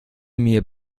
mir